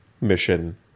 mission